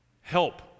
Help